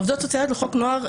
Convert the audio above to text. עובדות סוציאליות לחוק נוער,